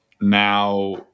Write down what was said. now